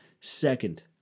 Second